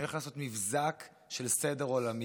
אני הולך לעשות מבזק של סדר עולמי,